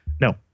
No